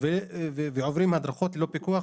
מהרשות הפלסטינאית ועוברים הדרכות ללא פיקוח,